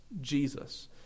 Jesus